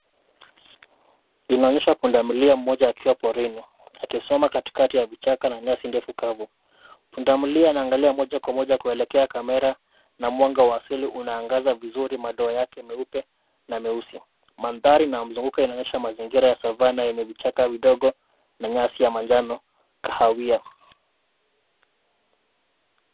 Inaonyesha pundamilia mmoja akiwa porini , akisimama katikati ya vichaka na nyasi ndefu kavu. Pundamilia anaangalia moja kwa moja kuelekea kamera na mwanga wa asili unaangaza vizuri madoa yake meupe na meusi. Mandhari na mzunguko yanaaonyesha mazingira ya savanah yenye vichaka vidogo na nyasi ya manjano kahawia.